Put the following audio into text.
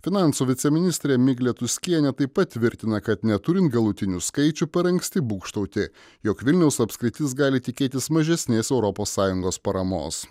finansų viceministrė miglė tuskienė taip pat tvirtina kad neturint galutinių skaičių per anksti būgštauti jog vilniaus apskritis gali tikėtis mažesnės europos sąjungos paramos